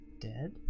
dead